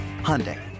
Hyundai